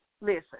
listen